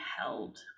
held